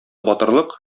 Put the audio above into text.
батырлык